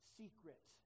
secret